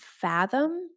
fathom